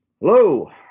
hello